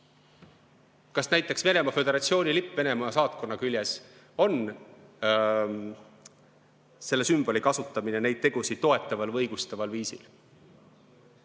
Kas näiteks Venemaa Föderatsiooni lipp Venemaa saatkonna küljes on selle sümboli kasutamine neid tegusid toetaval või õigustaval viisil?